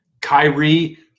Kyrie